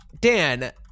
Dan